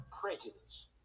prejudice